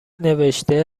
نوشته